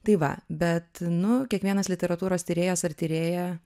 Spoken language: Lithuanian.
tai va bet nu kiekvienas literatūros tyrėjas ar tyrėja